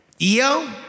Eo